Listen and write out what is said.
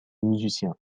musiciens